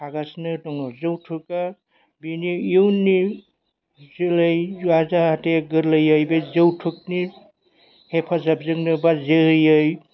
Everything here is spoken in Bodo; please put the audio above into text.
थागासिनो दङ जौथुकआ बिनि इयुननि जोलै एबा जाहाथे गोरलैयै बे जौथुकनि हेफाजाबजोंनो एबा जोलैयै